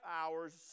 hours